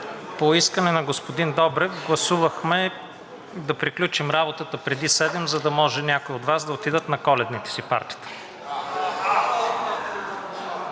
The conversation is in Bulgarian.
по искане на господин Добрев гласувахме да приключим работата преди 19,00 ч., за да може някои от Вас да отидат на коледните си партита.